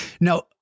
Now